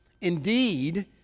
Indeed